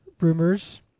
Rumors